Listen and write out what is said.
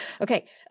Okay